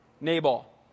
Nabal